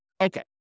Okay